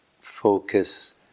focus